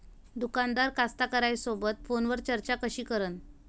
दुकानदार कास्तकाराइसोबत फोनवर चर्चा कशी करन?